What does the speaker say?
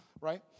right